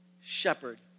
shepherd